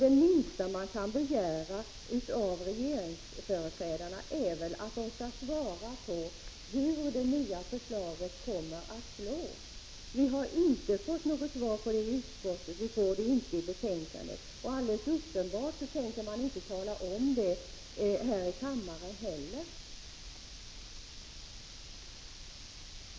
Det minsta man kan begära av företrädarna för regeringspartiet är väl att de skall svara på frågan hur det nya förslaget kommer att slå. Vi har inte fått något svar på den frågan i utskottet, vi får det inte i betänkandet. Alldeles uppenbart tänker man inte heller tala om det här i kammaren.